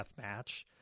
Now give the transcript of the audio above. deathmatch